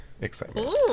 excitement